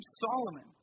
Solomon